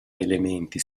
elementi